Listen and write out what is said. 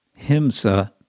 himsa